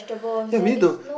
yea we need to